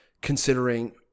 considering